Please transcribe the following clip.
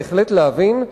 בהחלט להבין,